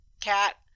cat